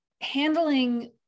handling